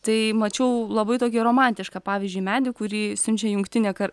tai mačiau labai tokį romantišką pavyzdžiui medį kurį siunčia jungtinė kar